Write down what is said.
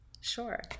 sure